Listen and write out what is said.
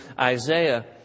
Isaiah